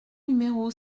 numéro